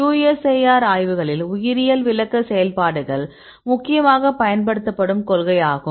QSAR ஆய்வுகளில் உயிரியல் விளக்க செயல்பாடுகள் முக்கியமாக பயன்படுத்தப்படும் கொள்கை ஆகும்